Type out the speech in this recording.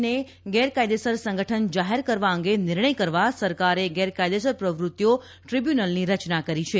ને ગેરકાયદેસર સંગઠન જાફેર કરવા અંગે નિર્ણથ કરવા સરકારે ગેરકાયદેસર પ્રવૃત્તિઓ દ્રીબ્યુનલની રચના કરી છે